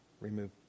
remove